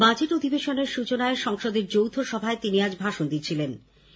budget অধিবেশনের সৃচনায় সংসদের যৌথ সভায় তিনি আজ ভাষণ দিচ্ছিলেন